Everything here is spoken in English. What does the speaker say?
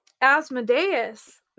Asmodeus